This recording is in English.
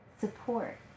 support